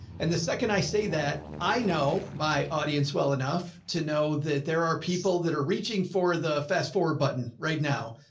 and the second i say that i know my audience well enough to know that there are people that are reaching for the fast forward button right now.